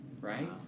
Right